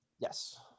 Yes